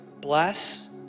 Bless